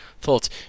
Thoughts